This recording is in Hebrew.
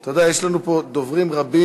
אתה יודע, יש לנו פה דוברים רבים.